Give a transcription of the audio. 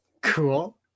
Cool